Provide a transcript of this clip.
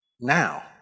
Now